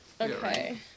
Okay